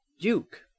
Duke